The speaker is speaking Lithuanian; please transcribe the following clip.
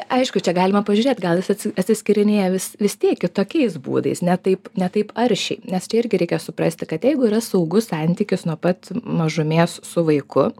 aišku čia galima pažiūrėt gal jis atsi atsiskirinėja vis vis tiek kitokiais būdais ne taip ne taip aršiai nes čia irgi reikia suprasti kad jeigu yra saugus santykius nuo pat mažumės su vaiku